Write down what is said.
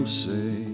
say